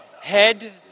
Head